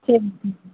சரிங்க சரிங்க